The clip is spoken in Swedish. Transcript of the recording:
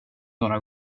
några